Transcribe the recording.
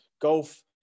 golf